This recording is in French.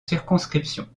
circonscriptions